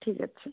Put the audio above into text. ଠିକ୍ ଅଛି